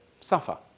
suffer